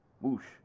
whoosh